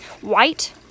White